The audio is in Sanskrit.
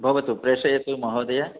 भवतु प्रेषयतु महोदय